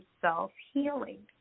self-healing